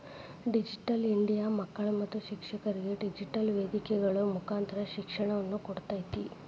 digital India ಮಕ್ಕಳು ಮತ್ತು ಶಿಕ್ಷಕರಿಗೆ ಡಿಜಿಟೆಲ್ ವೇದಿಕೆಗಳ ಮುಕಾಂತರ ಶಿಕ್ಷಣವನ್ನ ಕೊಡ್ತೇತಿ